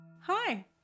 Hi